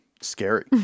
scary